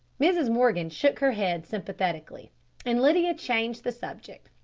mrs. morgan shook her head sympathetically and lydia changed the subject.